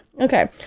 Okay